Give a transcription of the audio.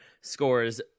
scores